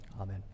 Amen